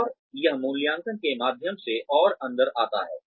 और यह मूल्यांकन के माध्यम से और अंदर आता है